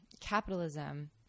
capitalism